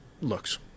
looks